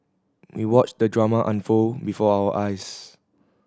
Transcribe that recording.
we watched the drama unfold before our eyes